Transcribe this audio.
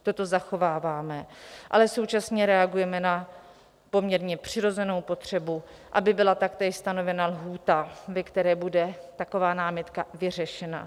Toto zachováváme, ale současně reagujeme na poměrně přirozenou potřebu, aby byla taktéž stanovena lhůta, ve které bude taková námitka vyřešena.